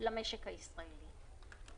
למשק הישראלי.